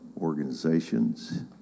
organizations